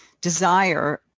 desire